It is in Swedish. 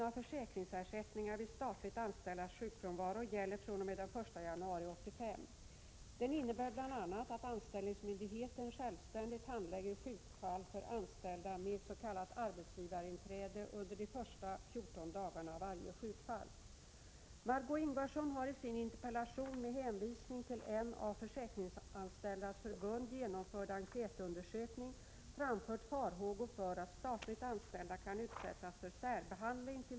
anställdas sjukfrånvaro gäller fr.o.m. den 1 januari 1985. Den innebär bl.a. att anställningsmyndigheten självständigt handlägger sjukfall för anställda med s.k. arbetsgivarinträde under de första 14 dagarna av varje sjukfall.